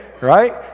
Right